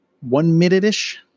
one-minute-ish